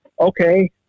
okay